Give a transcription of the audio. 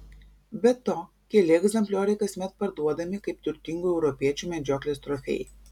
be to keli egzemplioriai kasmet parduodami kaip turtingų europiečių medžioklės trofėjai